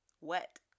Wet